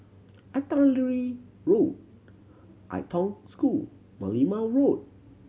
Artillery Road Ai Tong School Merlimau Road